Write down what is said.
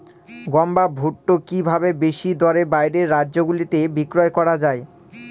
গম বা ভুট্ট কি ভাবে বেশি দরে বাইরের রাজ্যগুলিতে বিক্রয় করা য়ায়?